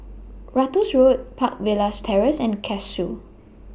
Ratus Road Park Villas Terrace and Cashew